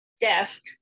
desk